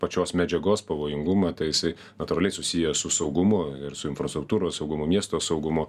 pačios medžiagos pavojingumą tai jisai natūraliai susijęs su saugumu ir su infrastruktūros saugumu miesto saugumu